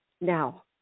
now